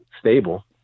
stable